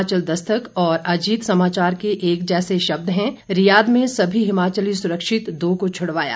हिमाचल दस्तक और अजीत समाचार के एक जैसे शब्द हैं रियाद में सभी हिमाचली सुरक्षित दो को छुड़वाया